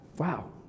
Wow